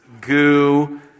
goo